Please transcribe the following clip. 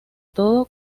todo